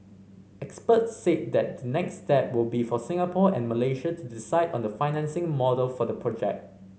experts said that next step will be for Singapore and Malaysia to decide on the financing model for the project